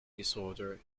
disorder